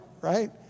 right